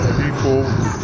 people